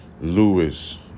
Lewis